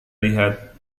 lihat